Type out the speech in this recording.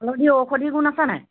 হালধিৰ ঔষধি গুণ আছে নাই